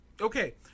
Okay